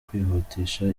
kwihutisha